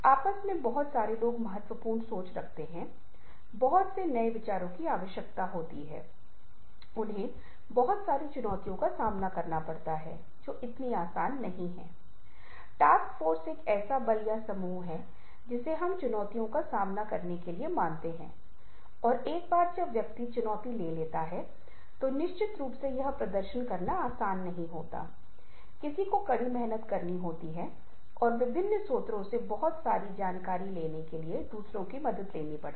तो हम छवियों ग्रंथों उनकी स्थिति और महत्व छवियों और ग्रंथों के बीच संबंध वे कैसे बातचीत करते हैं उनका इंटरैक्टिव अर्थ जब हम ऑडियो में लाते हैं तो क्या होता है जैसी चीजों पर स्पर्श डालेंगे और छवि पाठ ऑडियो कुछ ऐसा है जिसे हम अपने व्याख्यान में मौखिकता पर स्पर्श करेंगे लेकिन जब आप वहां जाते हैं तो कृपया इसे लिंक करें या कृपया इसे इस विशेष व्याख्यान से संबंधित करें क्योंकि समय की कमी के कारण हम यहां इसकी चर्चा नहीं करेंगे